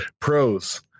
Pros